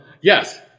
yes